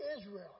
Israel